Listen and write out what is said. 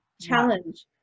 challenge